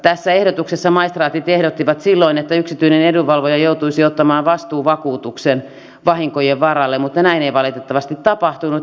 tässä ehdotuksessa maistraatit ehdottivat silloin että yksityinen edunvalvoja joutuisi ottamaan vastuuvakuutuksen vahinkojen varalle mutta näin ei valitettavasti tapahtunut